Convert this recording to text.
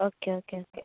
okay okay okay